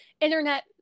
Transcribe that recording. internet